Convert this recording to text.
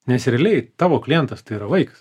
nes realiai tavo klientas tai yra vaikas